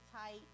tight